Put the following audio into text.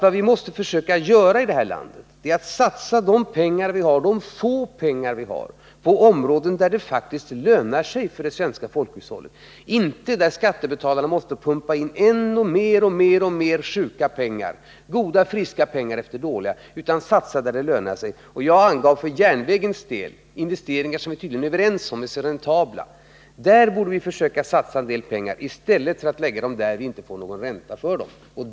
Vad vi måste försöka göra i detta land är att satsa de få pengar vi har på områden där det faktiskt lönar sig för det svenska folkhushållet, inte där skattebetalarna måste pumpa in ännu fler goda, friska pengar efter de dåliga. Vi måste satsa där det lönar sig. Jag angav för järnvägens del investeringar som man tydligen är överens om är räntabla. Där borde vi försöka satsa pengar i stället för att lägga dem där vi inte får någon ränta på dem.